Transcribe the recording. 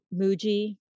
Muji